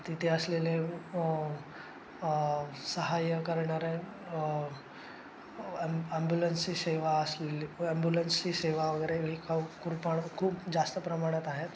तिथे असलेले सहाय्य करणारे ॲम ॲम्ब्युलन्सची सेवा असलेली ॲम्ब्युलन्सची सेवा वगैरे ही खाऊ कृप खूप जास्त प्रमाणात आहेत